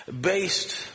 based